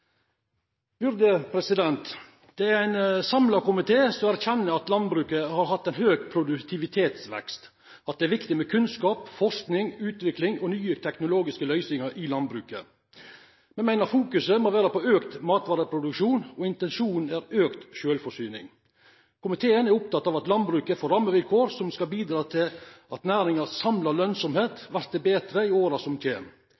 Det er ein samla komité som erkjenner at landbruket har hatt ein høg produktivitetsvekst, og at det er viktig med kunnskap, forsking, utvikling og nye teknologiske løysingar i landbruket. Me meiner fokuseringa må vera på auka matvareproduksjon, og intensjonen er auka sjølvforsyning. Komiteen er oppteken av at landbruket får rammevilkår som skal bidra til at næringas samla lønsemd vert betre i åra som kjem,